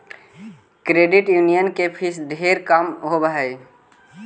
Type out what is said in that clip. credit union के fees ढेर कम होब हई